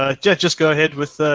ah just just go ahead with the,